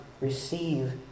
receive